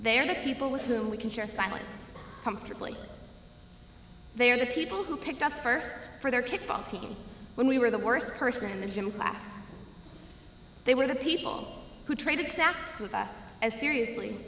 are the people with whom we can share silence comfortably they are the people who picked us first for their kickball team when we were the worst person in the gym class they were the people who traded stocks with us as seriously